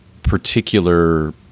particular